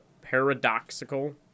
paradoxical